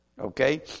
Okay